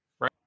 right